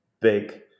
big